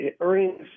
Earnings